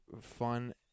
fun